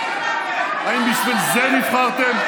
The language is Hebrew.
האם בשביל זה נבחרתם?